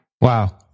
Wow